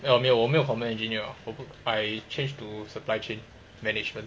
哦没有我没有 common engineer liao I change to supply chain management